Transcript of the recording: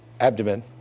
abdomen